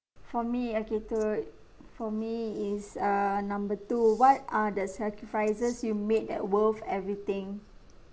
for me okay to for me is err number two what are the sacrifices you made that worth everything